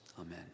amen